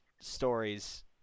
stories